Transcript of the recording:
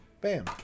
Bam